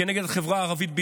כנגד החברה הערבית בישראל.